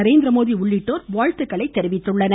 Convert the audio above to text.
நரேந்திமோடி உள்ளிட்டோர் வாழ்த்துக்களை தெரிவித்துள்ளனர்